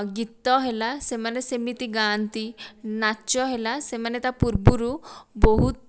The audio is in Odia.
ଗୀତ ହେଲା ସେମାନେ ସେମିତି ଗାଆନ୍ତି ନାଚ ହେଲା ସେମାନେ ତା ପୂର୍ବରୁ ବହୁତ